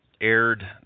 aired